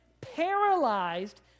paralyzed